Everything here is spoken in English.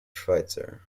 schweitzer